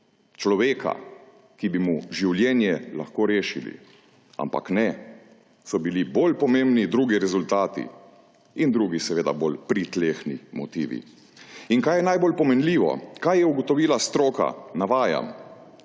človeka, ki bi mu življenje lahko rešili. Ampak ne! Bili so bolj pomembni drugi rezultati in drugi bolj pritlehni motivi. In kaj je najbolj pomenljivo? kaj je ugotovila stroka? Navajam: